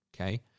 okay